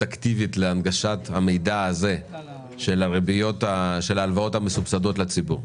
אקטיבית להנגשת המידע הזה של ההלוואות המסובסדות לציבור?